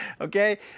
Okay